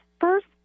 first